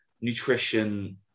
nutrition